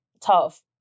tough